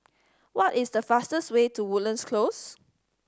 what is the fastest way to Woodlands Close